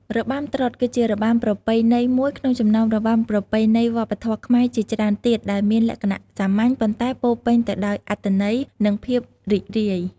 របាំត្រុដិគឺជារបាំប្រពៃណីមួយក្នុងចំណោមរបាំប្រពៃណីវប្បធម៌ខ្មែរជាច្រើនទៀតដែលមានលក្ខណៈសាមញ្ញ ប៉ុន្តែពោរពេញទៅដោយអត្ថន័យ និងភាពរីករាយ។